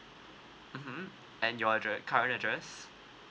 mmhmm and your address current address